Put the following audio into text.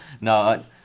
No